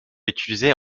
utilisée